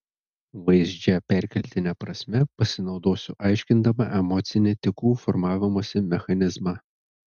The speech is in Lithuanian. vaizdžia perkeltine prasme pasinaudosiu aiškindama emocinį tikų formavimosi mechanizmą